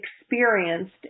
experienced